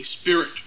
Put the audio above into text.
spirit